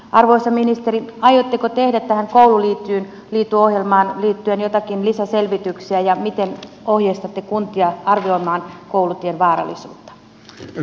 arvoisa ministeri aiotteko tehdä tähän koululiitu ohjelmaan liittyen jotakin lisäselvityksiä ja miten ohjeistatte kuntia arvioimaan koulutien vaarallisuutta